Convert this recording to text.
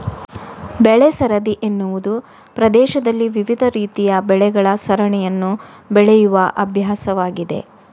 ಬೆಳೆ ಸರದಿ ಎನ್ನುವುದು ಪ್ರದೇಶದಲ್ಲಿ ವಿವಿಧ ರೀತಿಯ ಬೆಳೆಗಳ ಸರಣಿಯನ್ನು ಬೆಳೆಯುವ ಅಭ್ಯಾಸವಾಗಿದೆ